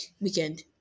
weekend